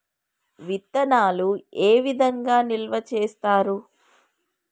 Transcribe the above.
విత్తనాలు ఏ విధంగా నిల్వ చేస్తారు?